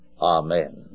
Amen